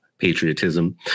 patriotism